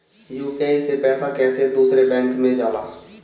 UPI से पैसा कैसे दूसरा बैंक मे जाला?